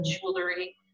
jewelry